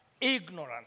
ignorant